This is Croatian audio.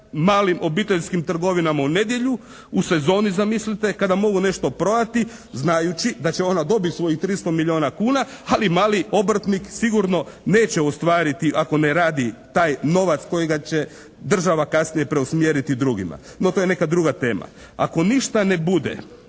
malim obiteljskim trgovinama u nedjelju, u sezoni zamislite kada mogu nešto prodati znajući da će ona dobiti svojih 300 milijuna kuna, ali mali obrtnik sigurno neće ostvariti ako ne radi taj novac kojega će država kasnije preusmjeriti drugima. No to je neka druga tema. Ako ništa ne bude